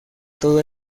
todo